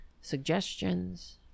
suggestions